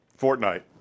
Fortnite